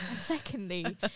secondly